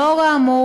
לאור האמור,